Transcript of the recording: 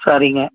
சரிங்க